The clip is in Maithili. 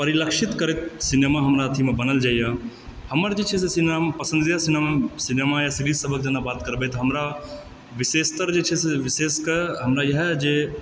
परिलक्षित करैत सिनेमा हमरा अथि मे बनल जाइए हमर जे छै सिनेमा पसन्द जे यऽ सिनेमा सिनेमा या बात करबै तऽ हमरा विशेषतर जे छै विशेषकर हमरा इएह जे